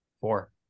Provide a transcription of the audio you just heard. Four